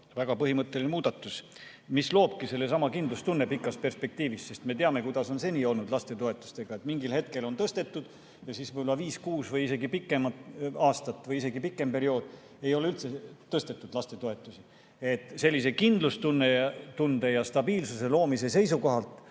väga põhimõtteline muudatus, mis loobki sellesama kindlustunde pikas perspektiivis. Me teame, kuidas on seni olnud lastetoetustega, et mingil hetkel on tõstetud ja siis võib-olla viis-kuus aastat või isegi pikem periood ei ole lastetoetusi tõstetud. Sellise kindlustunde ja stabiilsuse loomise seisukohalt